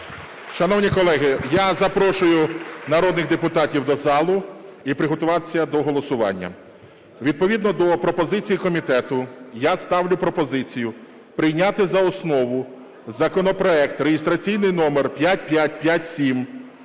Шановні колеги, я запрошую народних депутатів до зали і приготуватися до голосування. Відповідно до пропозиції комітету я ставлю пропозицію прийняти за основу законопроект (реєстраційний номер 5557)